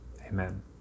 Amen